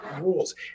rules